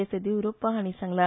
एस येडियुरप्पा हाणी सांगला